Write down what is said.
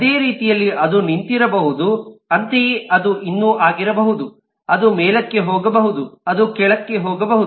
ಅದೇ ರೀತಿಯಲ್ಲಿ ಅದು ನಿಂತಿರಬಹುದು ಅಂತೆಯೇ ಅದು ಇನ್ನೂ ಆಗಿರಬಹುದು ಅದು ಮೇಲಕ್ಕೆ ಹೋಗಬಹುದು ಅದು ಕೆಳಗೆ ಹೋಗಬಹುದು